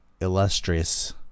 illustrious